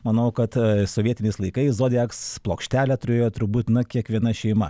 manau kad sovietiniais laikais zodiaks plokštelę turėjo turbūt na kiekviena šeima